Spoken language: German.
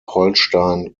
holstein